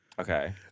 Okay